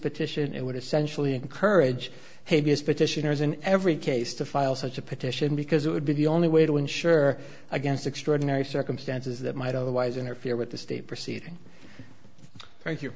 petition it would essentially encourage his petitioners in every case to file such a petition because it would be the only way to ensure against extraordinary circumstances that might otherwise interfere with the state proceeding